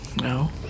no